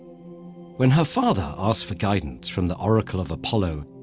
when her father asked for guidance from the oracle of apollo,